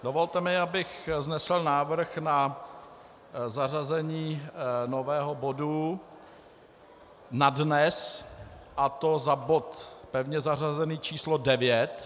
Dovolte mi, abych vznesl návrh na zařazení nového bodu na dnes, a to za pevně zařazený bod č. 9.